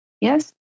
Yes